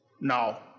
now